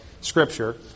scripture